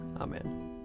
Amen